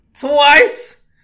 twice